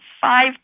five